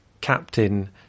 captain